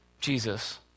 Jesus